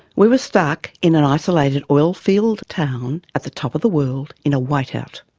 we were stuck in an isolated oilfield town at the top of the world in a whiteout.